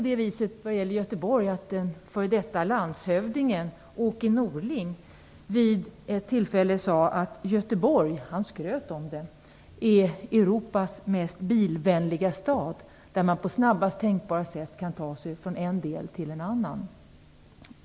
Den f.d. landshövdingen Åke Norling sade vid ett tillfälle att Göteborg - han skröt om det - är Europas mest bilvänliga stad där man på snabbaste tänkbara sätt kan ta sig från en del till en annan.